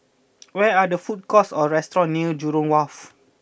where are the food courts or restaurants near Jurong Wharf